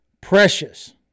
precious